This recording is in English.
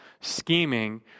scheming